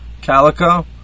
Calico